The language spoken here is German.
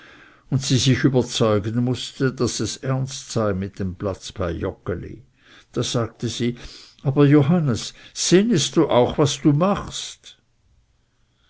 und sie sich überzeugen mußte daß es ernst sei mit dem platz bei joggeli da sagte sie aber johannes sinnest auch was du machst